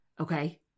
Okay